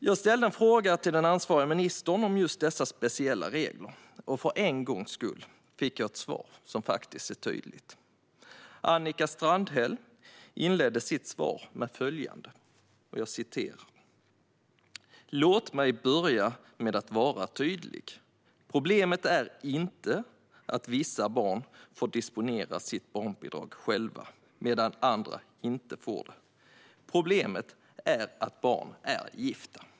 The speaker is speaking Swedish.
Jag ställde en fråga till den ansvariga ministern om just dessa speciella regler, och för en gångs skull fick jag ett svar som faktiskt var tydligt. Annika Strandhäll inledde sitt svar med detta: "Låt mig börja med att vara tydlig, problemet är inte att vissa barn får disponera sitt barnbidrag själva medan andra inte får det, problemet är att barn är gifta."